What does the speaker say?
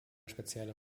spezielle